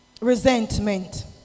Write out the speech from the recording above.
Resentment